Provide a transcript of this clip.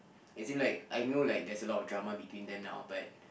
as in like I know like there's a lot of drama between them now but